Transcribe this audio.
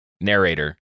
narrator